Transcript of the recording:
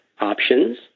options